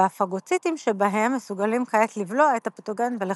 והפגוציטים שבהם מסוגלים כעת לבלוע את הפתוגן ולחסלו.